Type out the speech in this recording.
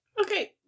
Okay